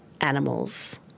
animals